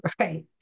Right